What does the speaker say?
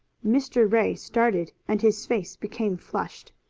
mr. ray started, and his face became flushed.